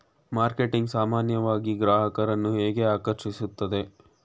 Marketing ಸಾಮಾನ್ಯವಾಗಿ ಗ್ರಾಹಕರನ್ನು ಹೇಗೆ ಆಕರ್ಷಿಸುತ್ತದೆ?